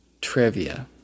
trivia